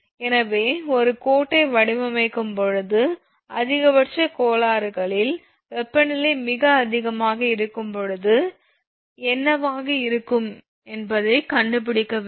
எனவே ஒரு கோட்டை வடிவமைக்கும்போது அதிகபட்ச கோளாறுகளில் வெப்பநிலை மிக அதிகமாக இருக்கும்போது என்னவாக இருக்கும் என்பதை கண்டுபிடிக்க வேண்டும்